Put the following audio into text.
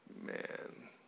Man